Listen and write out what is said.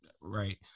Right